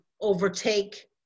overtake